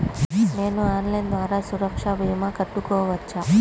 నేను ఆన్లైన్ ద్వారా సురక్ష భీమా కట్టుకోవచ్చా?